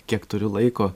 kiek turiu laiko